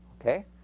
Okay